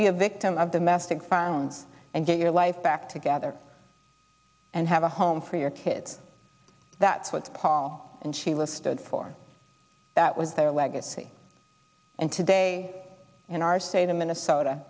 be a victim of domestic found and get your life back together and have a home for your kids that's what paul and sheila stood for that was their legacy and today in our state of minnesota